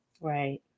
Right